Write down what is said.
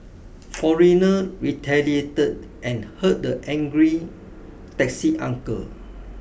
foreigner retaliated and hurt the angry taxi uncle